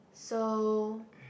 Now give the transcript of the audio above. so